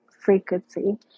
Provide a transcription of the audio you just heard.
frequency